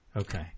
okay